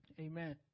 Amen